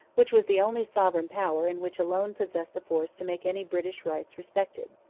which was the only sovereign power and which alone possessed the force to make any british rights respected.